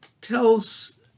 tells